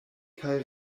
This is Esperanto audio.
kaj